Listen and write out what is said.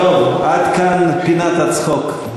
עד כאן פינת הצחוק.